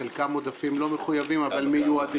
חלק הם עודפים לא מחויבים אבל מיועדים.